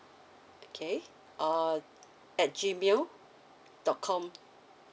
okay uh at G mail dot com